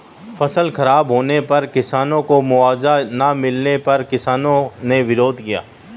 फसल खराब होने पर किसानों को मुआवजा ना मिलने पर किसानों ने विरोध किया